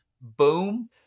Boom